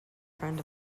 friend